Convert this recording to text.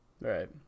Right